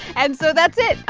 and so that's it.